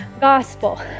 gospel